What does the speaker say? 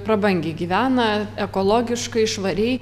prabangiai gyvena ekologiškai švariai